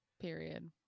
Period